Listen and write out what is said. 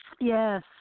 Yes